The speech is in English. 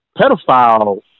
pedophile